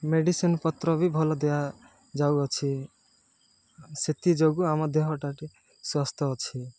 ମେଡ଼ିସିନ୍ପତ୍ର ବି ଭଲ ଦିଆଯାଉଅଛି ସେଥିଯୋଗୁଁ ଆମ ଦେହଟାଟି ସୁସ୍ଥ ଅଛି